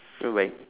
bye bye